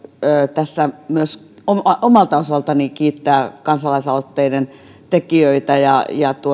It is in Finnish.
tässä myös omalta omalta osaltani kiittää kansalaisaloitteen tekijöitä ja ja